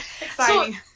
Exciting